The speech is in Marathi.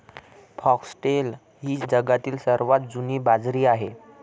फॉक्सटेल ही जगातील सर्वात जुनी बाजरी आहे